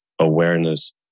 awareness